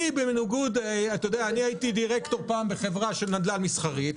הייתי פעם דירקטור בחברת נדל"ן מסחרי.